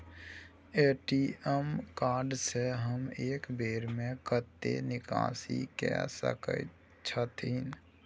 ATM card से हम एक बेर में कतेक निकासी कय सके छथिन?